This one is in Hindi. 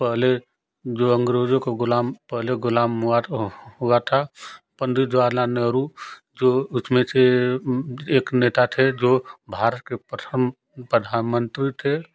पहले जो अंग्रेज़ों को गुलाम पहले गुलाम मु हुआ था पंडित जवाहरलाल नेहरु जो उसमें से एक नेता थे जो भारत के प्रथम प्रधानमंत्री थे